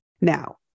now